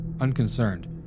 unconcerned